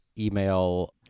email